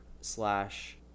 slash